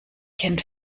kennt